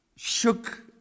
shook